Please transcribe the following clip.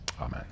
Amen